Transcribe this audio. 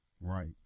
right